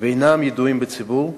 ואינם ידועים בציבור,